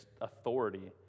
authority